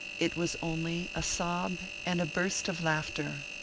it was only a sob and a burst of laughter,